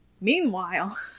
Meanwhile